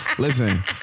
Listen